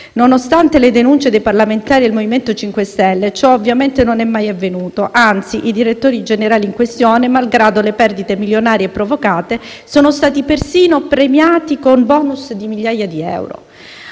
Nonostante le denunce dei parlamentari del MoVimento 5 Stelle ciò, ovviamente, non è mai avvenuto. Anzi, i direttori generali in questione, malgrado le perdite milionarie provocate, sono stati perfino premiati con *bonus* di migliaia di euro.